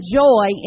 joy